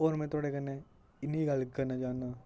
होर में थोआड़े कन्नै इन्नी गल्ल करना चाह्नां